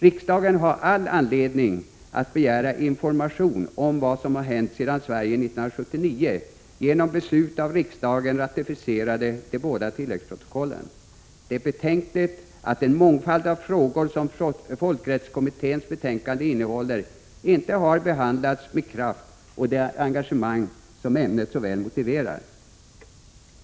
Riksdagen har all anledning att begära information om vad som har hänt sedan Sverige 1979 genom beslut av riksdagen ratificerade de båda tilläggsprotokollen. Det är betänkligt att den mångfald av frågor som folkrättskommitténs betänkande innehåller inte har behandlats med den kraft och det engagemang som ämnet så väl motiverar.